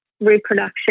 reproduction